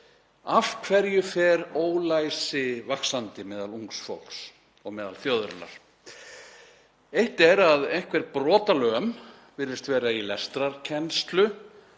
Af hverju fer ólæsi vaxandi meðal ungs fólks og meðal þjóðarinnar? Eitt er að einhver brotalöm virðist vera í lestrarkennslu